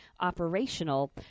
operational